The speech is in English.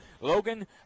Logan